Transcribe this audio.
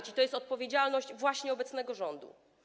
I to jest odpowiedzialność właśnie obecnego rządu.